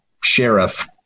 sheriff